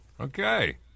Okay